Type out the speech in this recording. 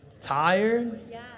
Tired